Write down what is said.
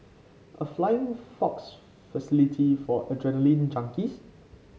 a flying fox facility for adrenaline junkies